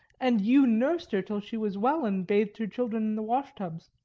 and you nursed her till she was well, and bathed her children in the washtubs.